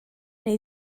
neu